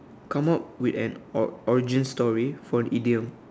come up with an or origin story for an idiom